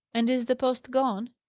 and is the post gone?